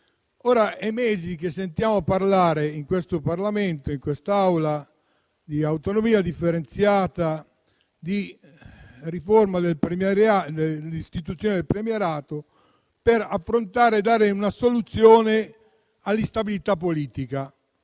sono mesi che sentiamo parlare, in questo Parlamento e in quest'Aula, di autonomia differenziata e di istituzione del premierato, per affrontare e dare una soluzione all'instabilità politica.